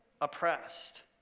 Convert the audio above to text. oppressed